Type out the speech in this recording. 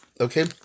Okay